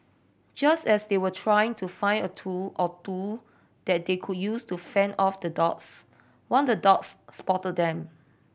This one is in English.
just as they were trying to find a tool or two that they could use to fend off the dogs one the dogs spot them